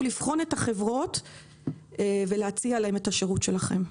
לבחון את החברות ולהציע להן את השירות שלכם.